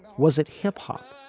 was it hip hop?